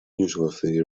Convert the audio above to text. newsworthy